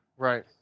Right